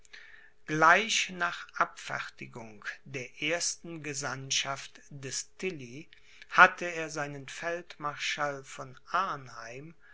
gleich nach abfertigung der ersten gesandtschaft des tilly hatte er seinen feldmarschall von